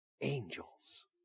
angels